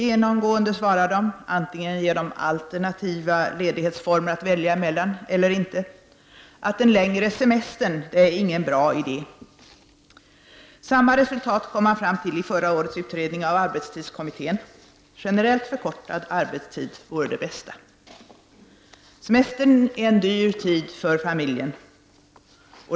Genomgående svarar de — oavsett om jag ger dem alternativa ledighetsformer att välja mellan eller ej — att en längre semester inte är någon bra idé. Samma resultat kom man fram till i förra årets utredning av arbetstidskommittén: generellt förkortad arbetstid vore det bästa. Semestern är en dyr tid för familjen.